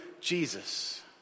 Jesus